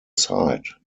site